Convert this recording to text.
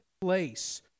place